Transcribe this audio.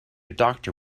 doctor